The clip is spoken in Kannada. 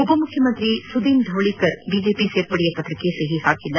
ಉಪಮುಖ್ಯಮಂತ್ರಿ ಸುದೀನ್ ಧವಳೀಕರ್ ಬಿಜೆಪಿ ಸೇರ್ಪಡೆಯ ಪತ್ರಕ್ಕೆ ಸಹಿ ಹಾಕಿಲ್ಲ